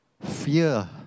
fear